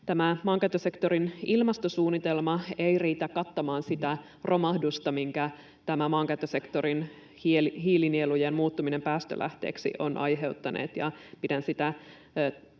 maankäyttösektorin ilmastosuunnitelma ei riitä kattamaan sitä romahdusta, minkä maankäyttösektorin hiilinielujen muuttuminen päästölähteiksi on aiheuttanut. Pidän sitä